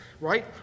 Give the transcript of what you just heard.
right